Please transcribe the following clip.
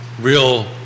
real